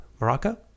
Morocco